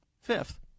Fifth